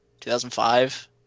2005